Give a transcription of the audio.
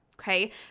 okay